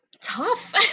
tough